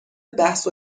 بحث